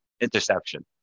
interception